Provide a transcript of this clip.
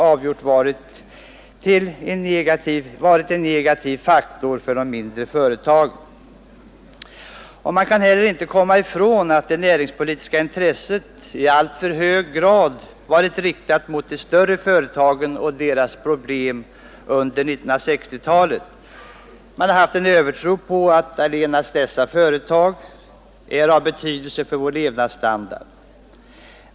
Man kan inte heller komma ifrån att det näringspolitiska intresset i alltför hög grad varit riktat mot de större företagen och deras problem under 1960-talet. Man har haft en övertro på att allenast dessa företag är av betydelse för vår levnadsstandard.